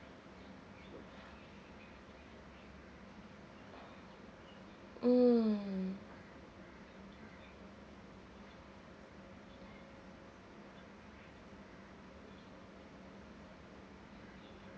mm